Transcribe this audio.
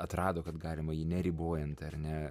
atrado kad galima jį neribojant ar ne